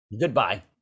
Goodbye